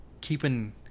keeping